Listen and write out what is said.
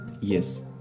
Yes